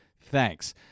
Thanks